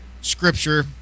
scripture